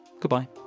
Goodbye